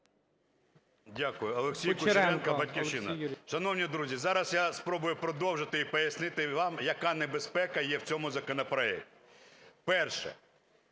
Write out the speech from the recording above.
Дякую. Олексій Кучеренко, "Батьківщина". Шановні друзі, зараз я спробую продовжити і пояснити вам, яка небезпека є в цьому законопроекті. Перше.